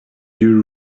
you